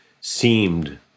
seemed